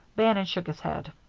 bannon shook his head.